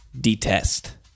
detest